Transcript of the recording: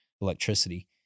electricity